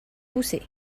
poussez